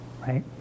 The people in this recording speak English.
Right